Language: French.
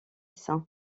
saint